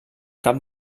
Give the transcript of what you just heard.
cap